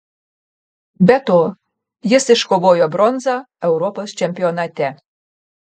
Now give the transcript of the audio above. be to jis iškovojo bronzą europos čempionate